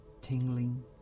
tingling